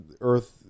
Earth